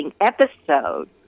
episode